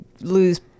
lose